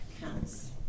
counts